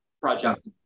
project